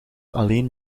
alleen